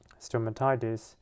stomatitis